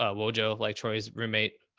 ah well, joe, like troy's roommate,